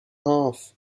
half